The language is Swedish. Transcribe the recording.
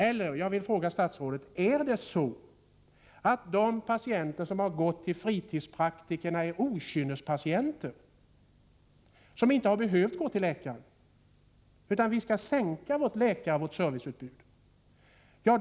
Eller är det så, statsrådet, att de patienter som har gått till fritidspraktikerna är okynnespatienter som inte har behövt gå till läkare och att vi kan sänka vårt läkaroch serviceutbud?